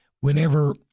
whenever